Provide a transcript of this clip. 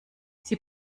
sie